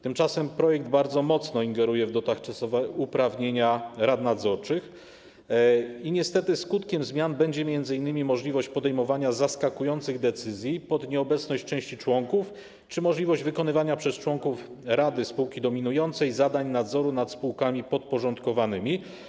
Tymczasem projekt bardzo mocno ingeruje w dotychczasowe uprawnienia rad nadzorczych i niestety skutkiem zmian będzie m.in. możliwość podejmowania zaskakujących decyzji pod nieobecność części członków czy możliwość wykonywania przez członków rady spółki dominującej zadań nadzoru nad spółkami podporządkowanymi.